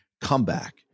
comeback